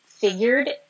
figured